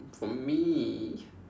for me